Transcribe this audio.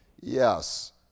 yes